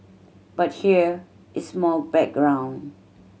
but here is more background